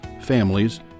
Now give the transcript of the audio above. families